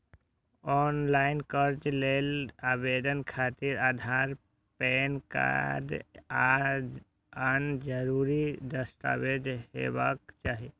ऑनलॉन कर्ज लेल आवेदन खातिर आधार, पैन कार्ड आ आन जरूरी दस्तावेज हेबाक चाही